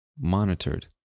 monitored